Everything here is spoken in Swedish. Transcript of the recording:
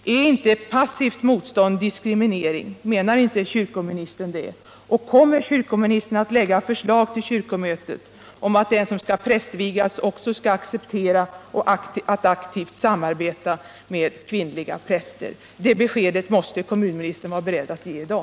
Anser inte kyrkoministern att ett passivt motstånd är diskriminering, och kommer kyrkoministern att lägga fram förslag till kyrkomötet om att den som skall prästvigas också skall acceptera att aktivt samarbeta med kvinnliga präster? Besked om detta måste kommunministern vara beredd att ge i dag.